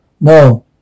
no